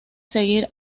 seguir